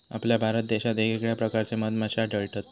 आपल्या भारत देशात येगयेगळ्या प्रकारचे मधमाश्ये आढळतत